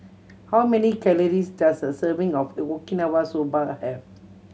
how many calories does a serving of Okinawa Soba have